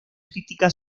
crítica